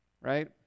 Right